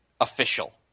official